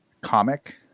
comic